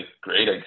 great